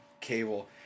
cable